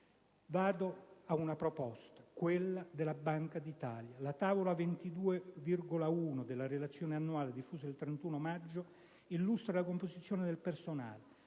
Vado ad una proposta, quella della Banca d'Italia. La tavola 22.1 della relazione annuale, diffusa il 31 maggio, illustra la composizione del personale: